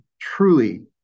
truly